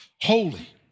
holy